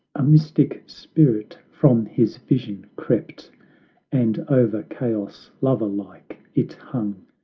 a mystic spirit from his vision crept and over chaos lover-like it hung,